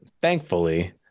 thankfully